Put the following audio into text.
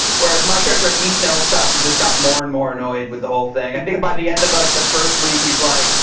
whereas my character, each el stop he just got more and more annoyed with the whole thing. think by the end of like, the first week, he's like,